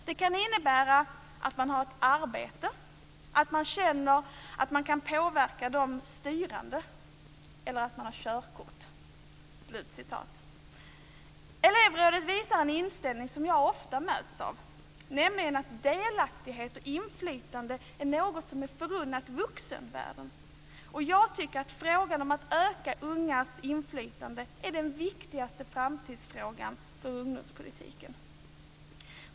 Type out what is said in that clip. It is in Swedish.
Det kan innebära att man har ett arbete, att man känner att man kan påverka de styrande eller att man har körkort." Elevrådet visar en inställning som jag ofta möts av, nämligen att delaktighet och inflytande är något som är förunnat vuxenvärlden. Jag tycker att frågan om att öka ungas inflytande är den viktigaste framtidsfrågan för ungdomspolitiken.